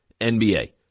NBA